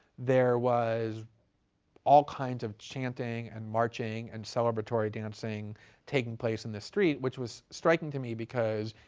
there was all kinds of chanting and marching and celebratory dancing taking place in the street, which was striking to me because,